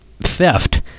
theft